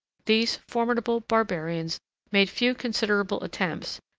these formidable barbarians made few considerable attempts,